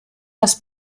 dass